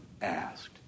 asked